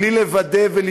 בלי לוודא ולבדוק,